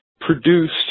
produced